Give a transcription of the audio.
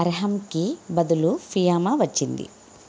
అర్హమ్కీ బదులు ఫియామ వచ్చింది